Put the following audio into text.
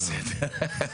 בסדר.